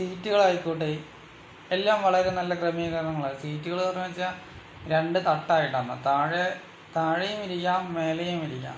സീറ്റുകളായിക്കോട്ടെ എല്ലാം വളരെ നല്ല ക്രമീകരണങ്ങളാണ് സീറ്റുകളെന്ന് പറഞ്ഞാച്ചാൽ രണ്ട് തട്ടായിട്ടാണ് താഴെ താഴെയും ഇരിക്കാം മേലെയും ഇരിക്കാം